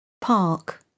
Park